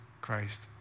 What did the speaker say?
Christ